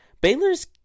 Baylor's